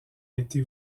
été